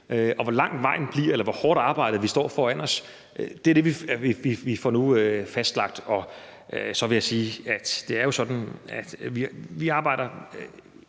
Og hvor lang vejen bliver, eller hvor hårdt et arbejde vi har foran os, er noget, vi nu får fastlagt. Så vil jeg sige, at det jo er sådan, at vi i